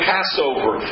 Passover